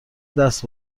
دست